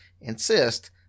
insist